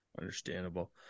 Understandable